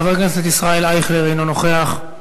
חבר הכנסת ישראל אייכלר, אינו נוכח.